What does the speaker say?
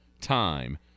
time